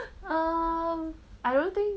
um I don't think